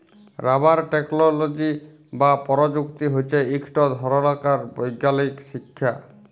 rubber technology বা পরযুক্তি হছে ইকট ধরলকার বৈগ্যালিক শিখ্খা